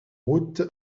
route